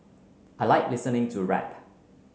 I like listening to rap